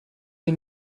sie